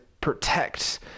protect